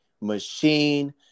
Machine